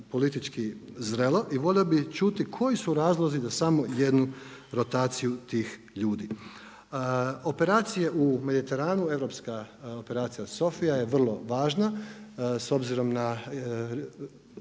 politički zrelo, i volio bih čuti koji su razlozi na samo jednu rotaciju tih ljudi. Operacije u Mediteranu, europska Operacija SOPHIA je vrlo važna s obzirom na